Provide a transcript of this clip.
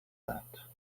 that